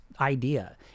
idea